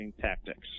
tactics